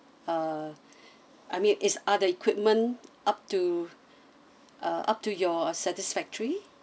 uh I mean is are the equipment up to uh up to your satisfactory